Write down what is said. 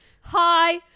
hi